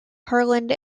harland